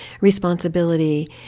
responsibility